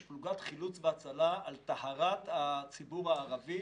יש פלוגת חילוץ והצלה על טהרת הציבור הערבי,